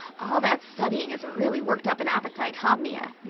all that studying has ah really worked up an appetite, huh um mia.